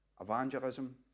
Evangelism